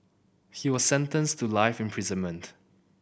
he was sentenced to life imprisonment